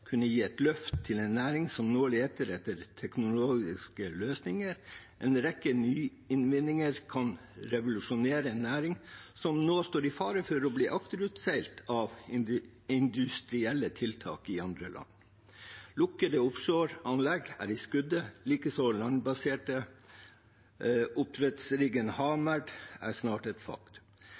kunne gi et løft til en næring som nå leter etter teknologiske løsninger. En rekke nyvinninger kan revolusjonere en næring som nå står i fare for å bli akterutseilt av industrielle tiltak i andre land. Lukkede offshoreanlegg er i skuddet, likeså landbaserte – en oppdrettsrigg, havmerd, er snart et faktum.